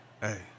hey